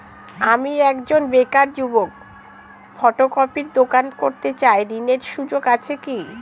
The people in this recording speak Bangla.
আমি একজন বেকার যুবক ফটোকপির দোকান করতে চাই ঋণের সুযোগ আছে কি?